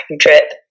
trip